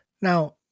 Now